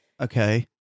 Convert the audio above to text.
okay